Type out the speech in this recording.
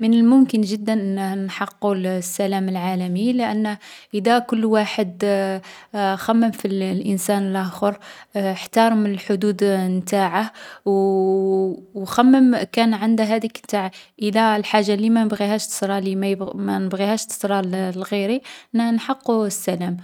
من الممكن جدا أنه نحققو الـ السلام العالمي لأنه ادا كل واحد خمم في الـ الانسان لاخر، احترم الحدود نتاعه، و و خمم كان عنده هاديك نتاع اذا الحاجة لي ما نبغيهاش تصرالي ما يبغوهـ ما نبغيهاش تصرا لـ لغيري، نـ نحققو السلام.